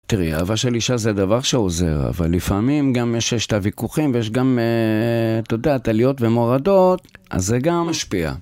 תראי, אהבה של אישה זה דבר שעוזר, אבל לפעמים גם יש את הוויכוחים ויש גם את יודעת, עליות ומורדות, אז זה גם משפיע.